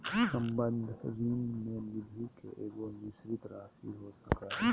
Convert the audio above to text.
संबंध ऋण में निधि के एगो निश्चित राशि हो सको हइ